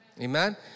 Amen